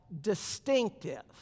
distinctive